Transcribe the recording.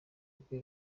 bwe